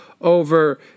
over